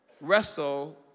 wrestle